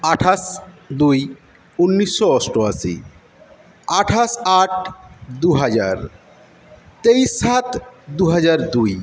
আঠাশ দুই উনিশশো অষ্টআশি আঠাশ আট দুহাজার তেইশ সাত দুহাজার দুই